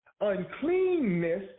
Uncleanness